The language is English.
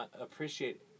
appreciate